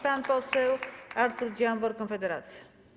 Pan poseł Artur Dziambor, Konfederacja.